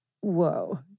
Whoa